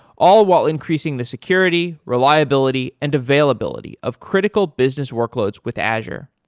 all while increasing the security, reliability and availability of critical business workloads with azure.